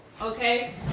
okay